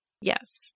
Yes